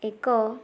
ଏକ